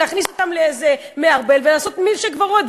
להכניס אותם לאיזה מערבל ולעשות מילקשייק ורוד.